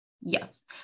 Yes